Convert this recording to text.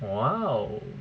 !wow!